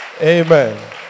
Amen